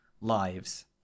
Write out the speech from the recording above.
lives